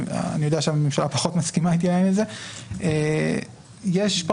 אני יודע שהממשלה פחות מסכימה איתי על זה .יש היום